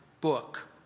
book